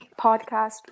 podcast